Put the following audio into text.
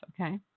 okay